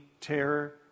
terror